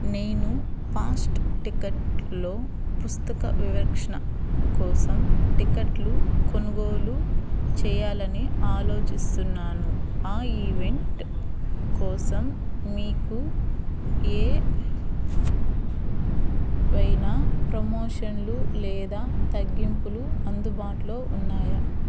నేను ఫాస్ట్ టిక్కెట్లో పుస్తక ఆవిష్కరణ కోసం టిక్కెట్లు కొనుగోలు చేయాలని ఆలోచిస్తున్నాను ఆ ఈవెంట్ కోసం మీకు ఏవైనా ప్రమోషన్లు లేదా తగ్గింపులు అందుబాటులో ఉన్నాయా